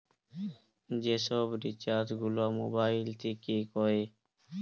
যে সব রিচার্জ গুলা মোবাইল থিকে কোরে